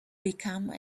become